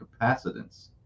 capacitance